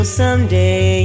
someday